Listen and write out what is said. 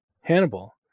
Hannibal